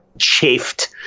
chafed